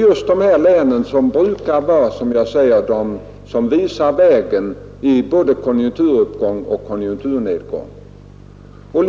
Just de länen brukar, som jag sade, visa vägen vid både konjunkturuppgång och konjunkturnedgång. Man